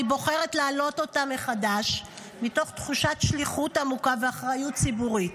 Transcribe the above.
אני בוחרת להעלות אותה מחדש מתוך תחושת שליחות עמוקה ואחריות ציבורית,